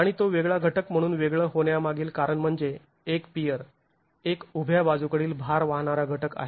आणि तो वेगळा घटक म्हणून वेगळं होण्यामागील कारण म्हणजे एक पियर एक ऊभ्या बाजूकडील भार वाहणारा घटक आहे